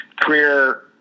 career